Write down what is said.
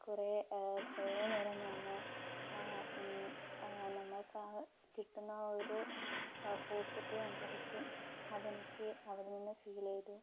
കുറേ കുറേനേരം നിന്നു ആ നമ്മൾക്ക് ആ കിട്ടുന്ന ഒരു പോസിറ്റീവ് എനർജി അതെനിക്ക് അവിടെ നിന്നും ഫീൽ ചെയ്തു